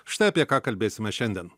štai apie ką kalbėsime šiandien